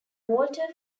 walter